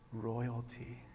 royalty